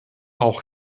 auch